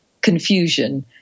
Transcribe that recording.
confusion